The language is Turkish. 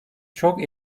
çok